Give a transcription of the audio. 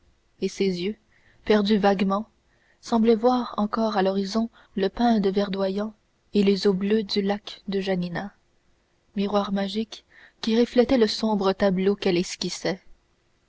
et ses yeux perdus vaguement semblaient voir encore à l'horizon le pinde verdoyant et les eaux bleues du lac de janina miroir magique qui reflétait le sombre tableau qu'elle esquissait